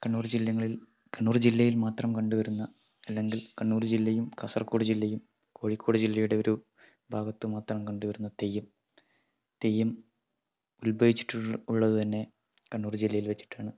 കണ്ണൂർ ജില്ലങ്ങളിൽ കണ്ണൂർ ജില്ലയിൽ മാത്രം കണ്ട് വരുന്ന അല്ലെങ്കിൽ കണ്ണൂർ ജില്ലയും കാസർകോട് ജില്ലയും കോഴിക്കോട് ജില്ലയുടെ ഓരോ ഭാഗത്ത് മാത്രം കണ്ട് വരുന്ന തെയ്യം തെയ്യം ഉൽഭവിച്ചിട്ടുള്ളത് തന്നെ കണ്ണൂർ ജില്ലയിൽ വെച്ചിട്ടാണ്